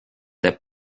that